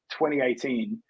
2018